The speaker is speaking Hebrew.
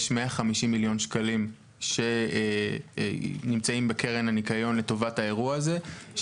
יש 150 מיליון שקלים שנמצאים בקרן הניקיון לטובת האירוע הזה,